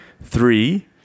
three